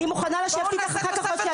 אני מוכנה לשבת איתך אחר כך עוד שעתיים ולדבר.